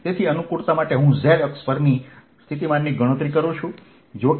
તેથી અનુકૂળતા માટે હું Z અક્ષ પરની સ્થિતિમાનની ગણતરી કરું છું